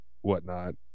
whatnot